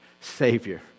Savior